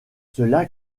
cela